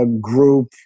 group